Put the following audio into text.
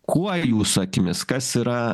kuo jūsų akimis kas yra